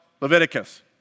Leviticus